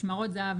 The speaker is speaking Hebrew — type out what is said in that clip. משמרות זה"ב,